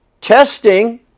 testing